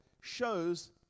shows